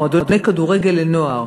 מועדוני כדורגל לנוער,